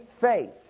faith